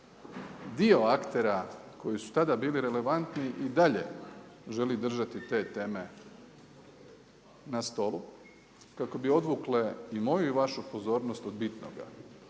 Dio aktera koji su tada bili relevantni i dalje želi držati te teme na stolu kako bi odvukle i moju i vašu pozornost od bitnoga.